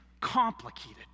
complicated